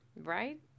Right